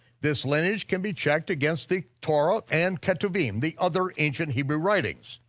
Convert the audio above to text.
this lineage can be checked against the torah and ketuvim, the other ancient hebrew writings.